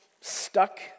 stuck